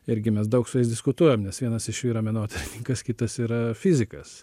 irgi mes daug su jais diskutuojam nes vienas iš jų yra menotyrininkas kitas yra fizikas